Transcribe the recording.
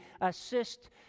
assist